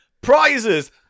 Prizes